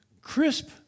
crisp